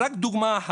לדוגמה,